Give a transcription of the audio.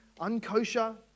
unkosher